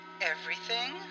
Everything